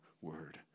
word